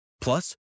Plus